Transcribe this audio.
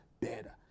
better